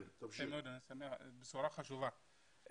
בשורה חשובה.